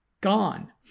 gone